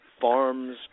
farms